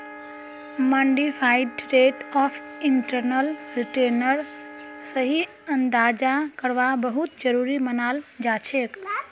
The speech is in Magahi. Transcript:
मॉडिफाइड रेट ऑफ इंटरनल रिटर्नेर सही अंदाजा करवा बहुत जरूरी मनाल जाछेक